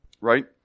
Right